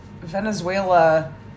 Venezuela